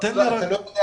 אתה פוגע